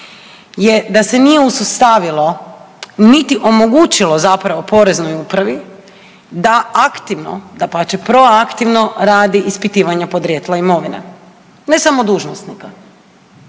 je da se nije usustavilo niti omogućilo zapravo Poreznoj upravi da aktivno dapače preaktivno radi ispitivanje podrijetla imovine, ne samo dužnosnika,